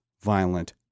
violent